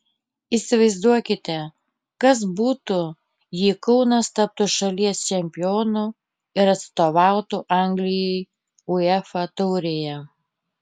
įsivaizduokite kas būtų jei kaunas taptų šalies čempionu ir atstovautų anglijai uefa taurėje